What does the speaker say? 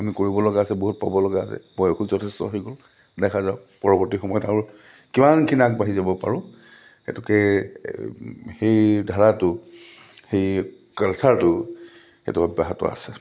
আমি কৰিবলগা আছে বহুত পাবলগা আছে বয়সো যথেষ্ট হৈ গ'ল দেখা যাওঁক পৰৱৰ্তী সময়ত আৰু কিমানখিনি আগবাঢ়ি যাব পাৰোঁ সেইটোকে সেই ধাৰাটো সেই কালচাৰটো সেইটো অব্যাহত আছে